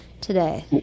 today